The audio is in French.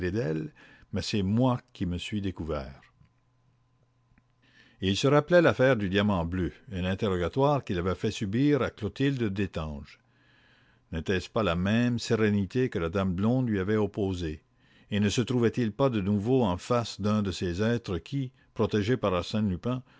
mais c'est moi qui me suis découvert et il se rappelait l'affaire du diamant bleu et l'interrogatoire qu'il avait fait subir à clotilde destange n'était-ce pas la même sérénité que la dame blonde lui avait opposée et ne se trouvait-il pas de nouveau en face d'un de ces êtres qui protégés par arsène lupin